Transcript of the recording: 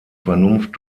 vernunft